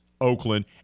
Oakland